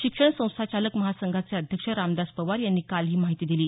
शिक्षण संस्थाचालक महासंघाचे अध्यकृष रामदास पवार यांनी काल ही माहिती दिली